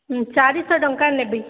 ଚାରିଶହ ଟଙ୍କା ନେବି